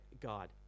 God